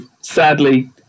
sadly